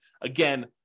Again